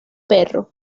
perro